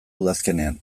udazkenean